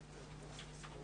(נושא דברים בשפה הערבית.)